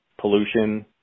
pollution